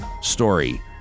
story